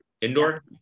Indoor